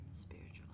Spiritual